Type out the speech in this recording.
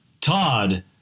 Todd